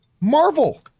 Marvel